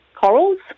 corals